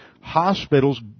Hospitals